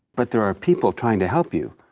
but there are people trying to help you.